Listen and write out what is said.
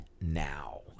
now